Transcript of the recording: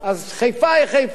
אז חיפה היא חיפה,